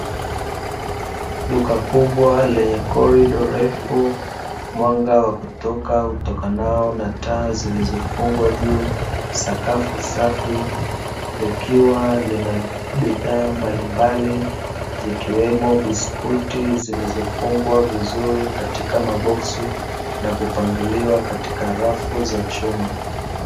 Duka kubwa lenye kolido refu mwanga wa kutoka utokanao na taa zilizofungwa juu. sakafu safi likiwa lina bidhaaa mbalimbali zikiwemo biskuti zilizofungwa vizuri katika maboksi na kupangiliwa katika rafu za chuma.